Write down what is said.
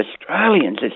Australians